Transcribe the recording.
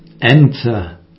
enter